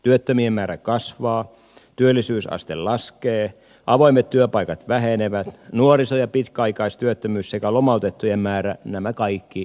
työttömien määrä kasvaa työllisyysaste laskee avoimet työpaikat vähenevät nuoriso ja pitkäaikaistyöttömyys sekä lomautettujen määrä nämä kaikki lisääntyvät